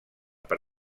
per